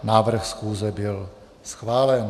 Návrh schůze byl schválen.